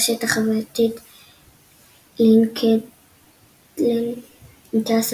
ברשת החברתית LinkedIn איקאה,